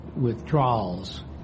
withdrawals